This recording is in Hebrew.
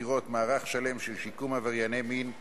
הציבור מפני עברייני מין (תיקון מס' 3),